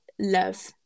love